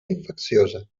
infecciosa